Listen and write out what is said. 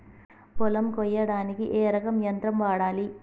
పొలం కొయ్యడానికి ఏ రకం యంత్రం వాడాలి?